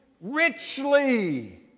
richly